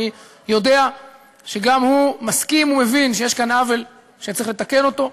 אני יודע שגם הוא מסכים ומבין שיש כאן עוול שצריך לתקן אותו.